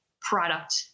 product